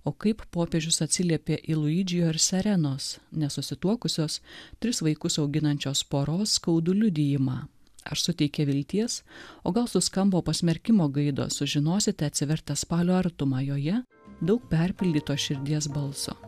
o kaip popiežius atsiliepė į lujidžio ir sirenos nesusituokusios tris vaikus auginančios poros skaudu liudijimą aš suteikė vilties o gal suskambo pasmerkimo gaidos sužinosite atsivertę spalio artumą joje daug perpildyto širdies balso